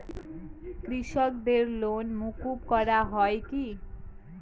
কৃষকদের লোন মুকুব করা হয় কি?